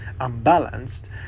unbalanced